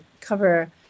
cover